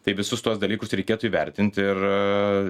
taip visus tuos dalykus reikėtų įvertint ir